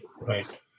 right